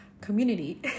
community